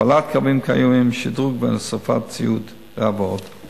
הכפלת קווים קיימים, שדרוג והוספת ציוד רב, ועוד.